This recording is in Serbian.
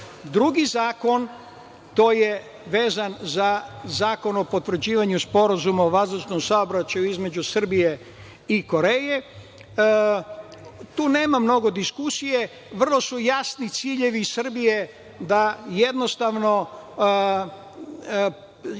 drugi zakon, vezano za Zakon o potvrđivanju sporazuma o vazdušnom saobraćaju između Srbije i Koreje. Tu nema mnogo diskusije, vrlo su jasni ciljevi Srbije da je potreba